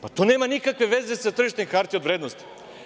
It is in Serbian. Pa, to nema nikakve veze sa tržištem hartija od vrednosti.